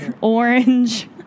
Orange